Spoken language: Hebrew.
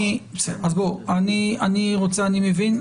אני מבין.